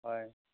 হয়